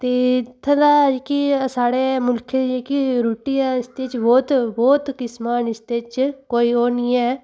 ते इत्थें दा जेह्की साढ़े मुल्खै दी जेह्की रुट्टी ऐ इसदे च बहोत बहोत किस्मां न ते इसदे च कोई ओह् निं ऐ